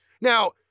Now